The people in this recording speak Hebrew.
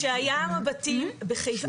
כשהיה 'מבטים' בחיפה,